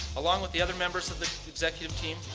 along with the other members of the executive team,